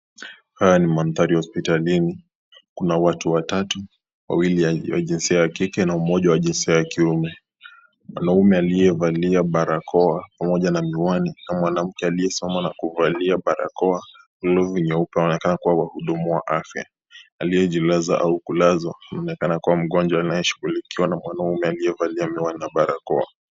Haya ni mandhari ya hospitalini. Kuna watu watatu, wawili wa jinsia ya kike na mmoja wa jinsia ya kiume. Mwanaume aliyevalia barakoa, pamoja na miwani na mwanamke aliyesimama na kuvalia barakoa, glavu nyeupe, wanaonekana kuwa wahudumu wa afya. Aliyejilaza au kulazwa, kuonekana kuwa mgonjwa anayeshughulikiwa na mwanaume aliyevalia miwani na barakoa.